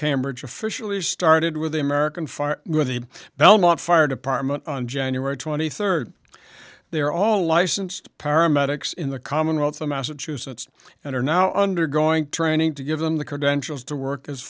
cambridge officially started with the american fire with the belmont fire department on january twenty third they're all licensed paramedics in the commonwealth of massachusetts and are now undergoing training to give them the credentials to work as